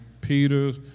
Peter's